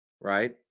right